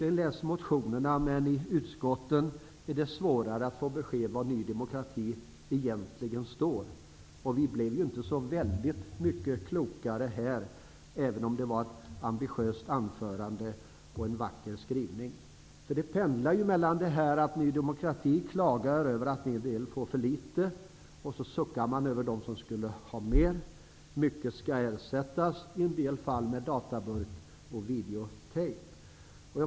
Jag har läst motionerna, men i utskotten är det svårare att få besked om var Ny demokrati egentligen står. Vi blir inte så mycket klokare av att lyssna här i kammaren, även om det var ett ambitiöst anförande och en vacker skrivning. Ny demokrati pendlar mellan att klaga över att vissa grupper får för litet och sucka över dem som skulle fått mer. Många verksamheter skall ersättas -- i en del fall med datorburk och videotape.